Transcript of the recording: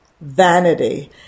vanity